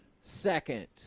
second